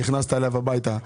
נכנסת אליו הביתה,